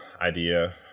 idea